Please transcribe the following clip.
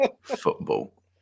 football